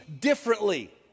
differently